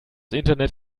internet